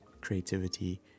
creativity